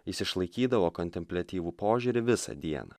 jis išlaikydavo kontempliatyvų požiūrį visą dieną